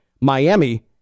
Miami